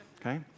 okay